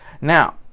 Now